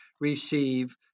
receive